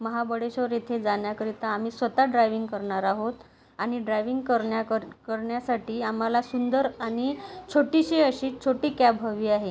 महाबळेश्वर येथे जाण्याकरिता आम्ही स्वत ड्रायविंग करणार आहोत आणि ड्रायव्हिंग करण्या कर करण्यासाठी आम्हाला सुंदर आणि छोटीशी अशी छोटी कॅब हवी आहे